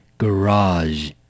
Garage